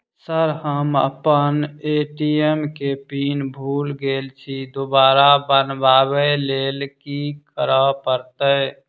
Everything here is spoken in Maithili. सर हम अप्पन ए.टी.एम केँ पिन भूल गेल छी दोबारा बनाबै लेल की करऽ परतै?